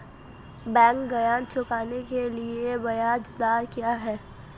Bank ऋण चुकाने के लिए ब्याज दर क्या है?